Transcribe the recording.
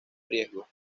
riesgo